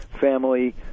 family